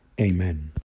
Amen